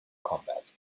combat